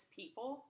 people